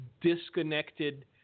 disconnected